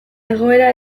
egoera